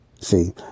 See